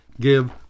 give